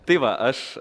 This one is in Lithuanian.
tai va aš